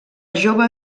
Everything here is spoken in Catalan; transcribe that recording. jove